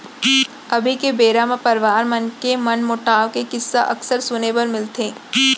अभी के बेरा म परवार मन के मनमोटाव के किस्सा अक्सर सुने बर मिलथे